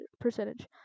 percentage